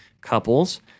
couples